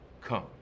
come